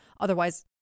otherwise